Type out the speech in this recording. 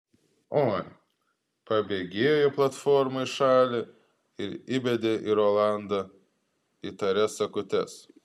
oi pabėgėjo platforma į šalį ir įbedė į rolandą įtarias akutes